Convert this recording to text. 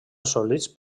assolits